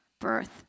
birth